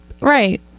right